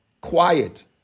quiet